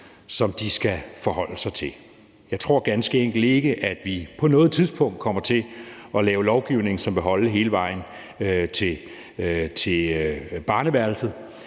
som de skal forholde sig til. Jeg tror ganske enkelt ikke, at vi på noget tidspunkt kommer til at lave lovgivning, som vil holde hele vejen til børneværelset.